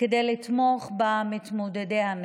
כדי לתמוך במתמודדי הנפש.